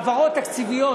העברות תקציביות,